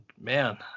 man